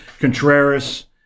Contreras